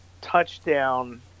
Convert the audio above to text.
touchdown